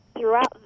throughout